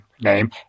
name